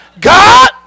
God